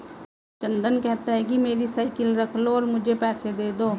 चंदन कहता है, मेरी साइकिल रख लो और मुझे पैसे दे दो